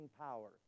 power